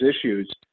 issues